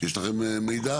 יש לכם מידע?